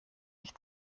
dich